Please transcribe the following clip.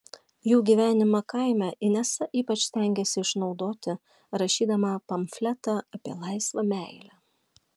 jų gyvenimą kaime inesa ypač stengėsi išnaudoti rašydama pamfletą apie laisvą meilę